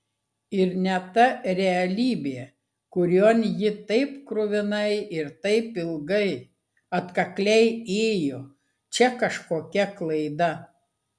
ir ne ta realybė kurion ji taip kruvinai ir taip ilgai atkakliai ėjo čia kažkokia klaida